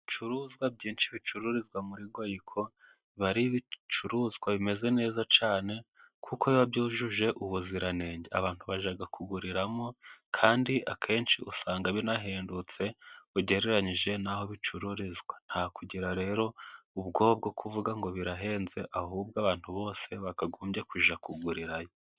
Ibicuruzwa byinshi bicururizwa muri Goyiko biba ibicuruzwa bimeze neza cyane, kuko biba byujuje ubuziranenge. Abantu bajya kuguriramo, kandi akenshi usanga binahendutse ugereranyije n'aho bicururizwa, nta kugira rero ubwoba bwo kuvuga ngo birahenze, ahubwo abantu bose bakagombye kujya kugurirayo.